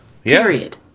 Period